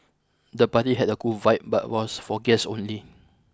the party had a cool vibe but was for guests only